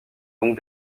donc